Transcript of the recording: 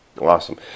Awesome